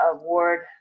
award